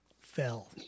Fell